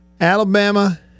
Alabama